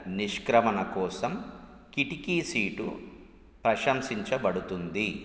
నిష్క్రమణ కోసం కిటికీ సీటు ప్రశంసించబడుతుంది